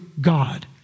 God